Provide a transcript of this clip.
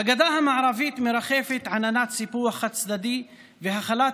בגדה המערבית מרחפת עננת סיפוח חד-צדדי והחלת